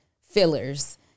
fillers